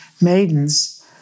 maidens